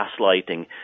gaslighting